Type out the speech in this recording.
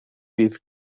bydd